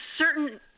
Certain